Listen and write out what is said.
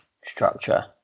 structure